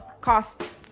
cost